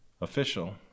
official